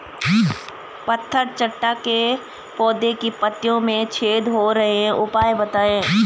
पत्थर चट्टा के पौधें की पत्तियों में छेद हो रहे हैं उपाय बताएं?